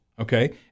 okay